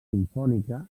simfònica